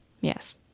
Yes